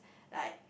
like